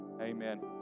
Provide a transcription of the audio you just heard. Amen